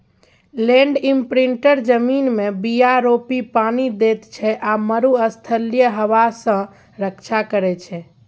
land imprinter जमीनमे बीया रोपि पानि दैत छै आ मरुस्थलीय हबा सँ रक्षा करै छै